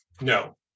No